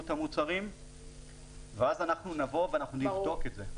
את המוצרים ואז אנחנו נבוא ונבדוק את זה.